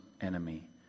enemy